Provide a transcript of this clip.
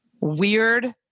weird